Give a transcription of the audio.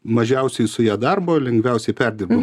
mažiausiai su ja darbo lengviausiai perdirbam